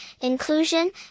inclusion